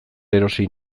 erosi